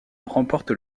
remporte